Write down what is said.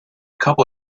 couple